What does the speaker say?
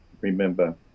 remember